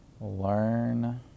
learn